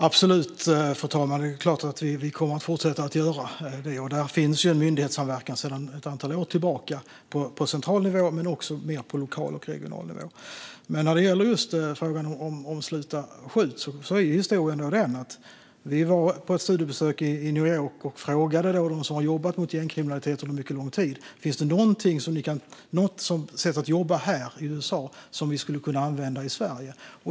Fru talman! Vi kommer absolut att fortsätta göra det. Sedan ett antal år tillbaka finns en myndighetssamverkan på central nivå men även på lokal och regional nivå. Historien om Sluta skjut började när vi var på ett studiebesök i New York, och då frågade vi dem som under mycket lång tid hade jobbat mot gängkriminalitet om det fanns något arbetssätt i USA som vi skulle kunna använda i Sverige.